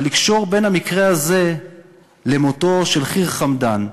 אבל לקשור בין המקרה הזה למותו של ח'יר חמדאן,